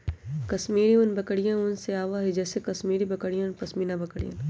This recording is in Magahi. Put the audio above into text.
कश्मीरी ऊन बकरियन से आवा हई जैसे कश्मीरी बकरियन और पश्मीना बकरियन